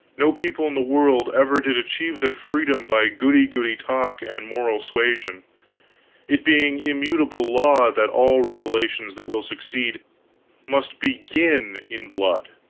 no people in the world ever did achieve their freedom by goody-goody talk and moral suasion it being immutable law that all revolutions that will succeed must begin in blood,